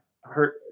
hurt